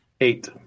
Eight